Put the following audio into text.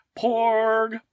porg